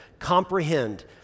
comprehend